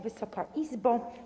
Wysoka Izbo!